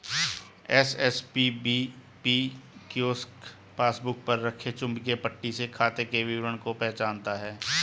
SSPBP kiosk passbook पर रखे चुंबकीय पट्टी से खाते के विवरण को पहचानता है